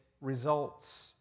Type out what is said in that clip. results